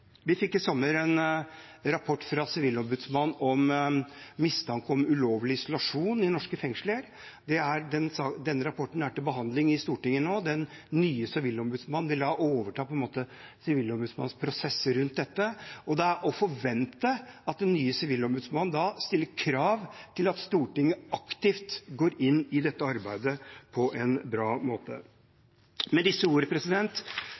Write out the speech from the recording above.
Vi fikk i sommer en rapport fra Sivilombudsmannen om mistanke om ulovlig isolasjon i norske fengsler. Den rapporten er til behandling i Stortinget nå. Den nye sivilombudsmannen vil da overta Sivilombudsmannens prosess rundt dette, og det er å forvente at den nye sivilombudsmannen stiller krav til at Stortinget aktivt og på en bra måte går inn i dette arbeidet.